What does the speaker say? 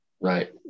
right